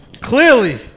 Clearly